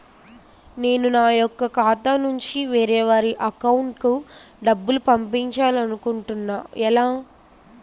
నేను నా యెక్క ఖాతా నుంచి వేరే వారి అకౌంట్ కు డబ్బులు పంపించాలనుకుంటున్నా ఎలా?